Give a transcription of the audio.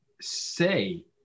say